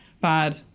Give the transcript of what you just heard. bad